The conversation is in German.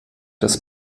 des